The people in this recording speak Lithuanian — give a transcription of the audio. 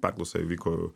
perklausa įvyko